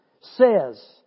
says